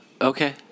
Okay